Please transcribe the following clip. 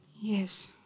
Yes